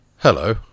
Hello